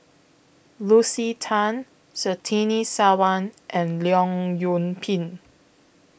Lucy Tan Surtini Sarwan and Leong Yoon Pin